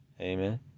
amen